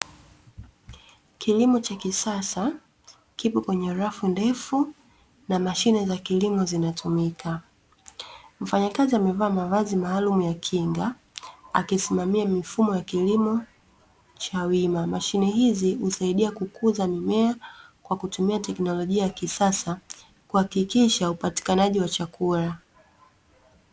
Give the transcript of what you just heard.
Kilimo cha kisasa kipo kwenye rafu ndefu na mashine za kilimo zinatumika, mfanyakazi amevaa mavazi maalumu ya kinga, akisimamia mifumo ya kilimo cha wima. Mashine hizi husaidia kukuza mimea kwa kutumia teknolojia ya kisasa kuhakikisha upatikanaji wa chakula.